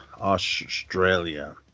Australia